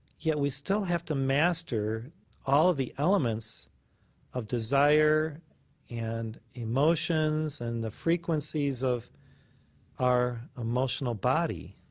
yet we still have to master all of the elements of desire and emotions and the frequencies of our emotional body